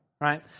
right